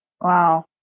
Wow